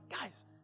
guys